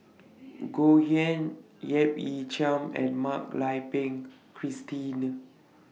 Goh Yihan Yap Ee Chian and Mak Lai Peng Christine